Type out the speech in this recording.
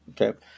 okay